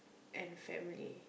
and family